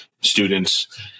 students